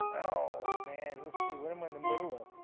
oh man, let's see. what am i in the middle of?